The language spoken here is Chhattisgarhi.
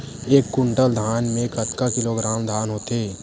एक कुंटल धान में कतका किलोग्राम धान होथे?